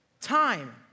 time